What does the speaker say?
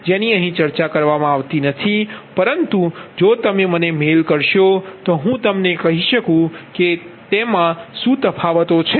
જેની અહીં ચર્ચા કરવામાં આવી નથી પરંતુ જો તમે મને મેઇલ મોકલો તો હું તમને કહી શકું કે તે મા શું તફાવતો છે